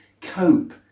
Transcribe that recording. cope